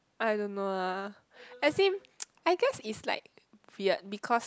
I don't know lah I think I guess is like weird because